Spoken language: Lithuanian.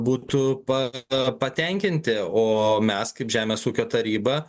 būtų pa patenkinti o mes kaip žemės ūkio taryba